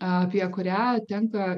apie kurią tenka